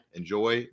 Enjoy